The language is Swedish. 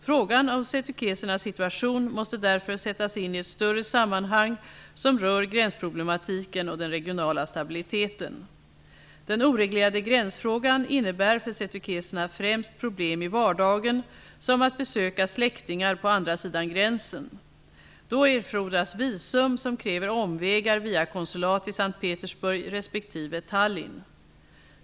Frågan om setukesernas situation måste därför sättas in i ett större sammanhang som rör gränsproblematiken och den regionala stabiliteten. Den oreglerade gränsfrågan innebär för setukeserna främst problem i vardagen, som att besöka släktingar på andra sidan gränsen. Då erfordras visum som kräver omvägar via konsulat i S:t Petersburg resp. Tallinn.